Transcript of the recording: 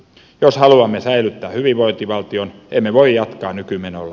jos haluamme säilyttää hyvinvointivaltion emme voi jatkaa nykymenolla